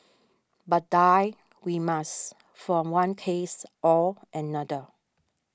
but die we must from one case or another